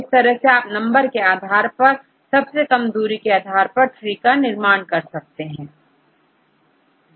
इसी तरह से आप नंबर के आधार पर और सबसे कम दूरी के आधार पर ट्री का निर्माण कर सकते हैं